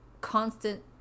constant